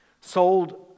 sold